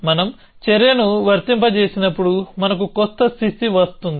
మనం చర్యను వర్తింపజేసినప్పుడు మనకు కొత్త స్థితి వస్తుంది